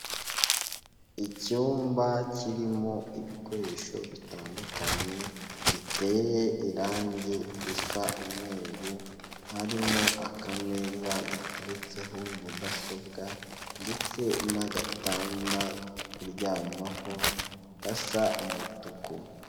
Icyumba kirimo ibikoresho bitandukanye biteye irange risa umweru, harimo akameza gateretseho mudasobwa ndetse n'agatanda ko kuryamaho gasa umutuku.